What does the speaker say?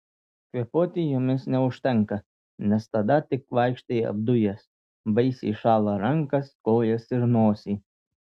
kvėpuoti jomis neužtenka nes tada tik vaikštai apdujęs baisiai šąla rankas kojas ir nosį